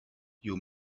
you